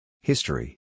History